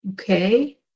Okay